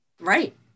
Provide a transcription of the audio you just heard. Right